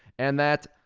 and that,